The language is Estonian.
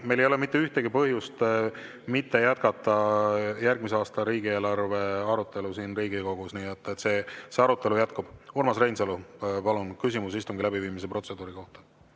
meil ei ole mitte ühtegi põhjust mitte jätkata järgmise aasta riigieelarve arutelu siin Riigikogus. Nii et see arutelu jätkub. Urmas Reinsalu, palun! Küsimus istungi läbiviimise protseduuri kohta.